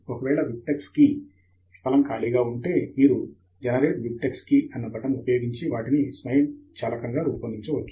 ఒకవేళ BibTeX key స్థలం ఖాళీగా ఉంటే మీరు జనరేట్ బిబ్టెక్స్ కీ అన్న బటన్ ఉపయోగించి వాటిని స్వయంచాలకంగా రూపొందించవచ్చు